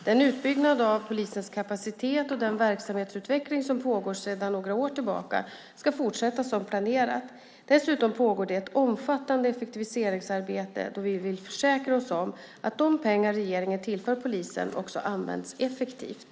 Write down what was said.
Den utbyggnad av polisens kapacitet och den verksamhetsutveckling som pågår sedan några år tillbaka ska fortsätta som planerat. Dessutom pågår det ett omfattande effektiviseringsarbete då vi vill försäkra oss om att de pengar regeringen tillför polisen också används effektivt.